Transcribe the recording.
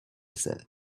said